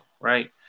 right